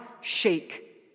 shake